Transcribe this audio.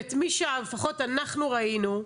ואת מי שלפחות אנחנו ראינו,